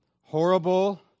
Horrible